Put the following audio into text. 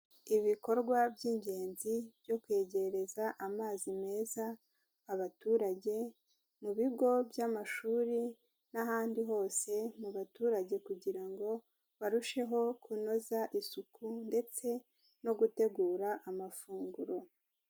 Ibikorwa by'ingenzi byo kwegereza amazi meza abaturage, mu bigo by'amashuri n'ahandi hose mu baturage kugira ngo barusheho kunoza isuku ndetse no gutegura amafunguro.